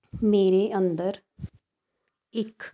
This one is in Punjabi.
ਮੇਰੇ ਅੰਦਰ ਇੱਕ